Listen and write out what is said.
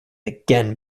again